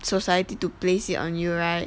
society to place it on your right